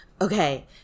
okay